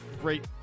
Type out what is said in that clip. great